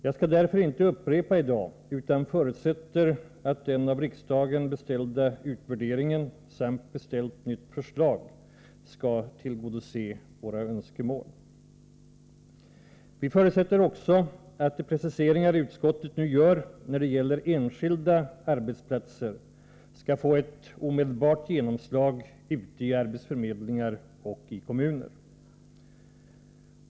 Jag skall därför inte i dag upprepa vad som tidigare sagts utan förutsätter att den av riksdagen beställda utvärderingen samt beställt nytt förslag skall tillgodose våra önskemål. Vi förutsätter också att de preciseringar utskottet nu gör när det gäller enskilda arbetsplatser skall få ett omedelbart genomslag ute på arbetsförmedlingar och i kommuner.